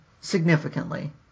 Significantly